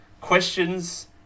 questions